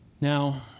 Now